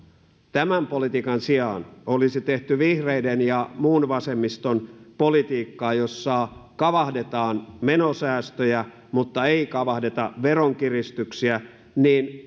tämän politiikan sijaan olisi tehty vihreiden ja muun vasemmiston politiikkaa jossa kavahdetaan menosäästöjä mutta ei kavahdeta veronkiristyksiä niin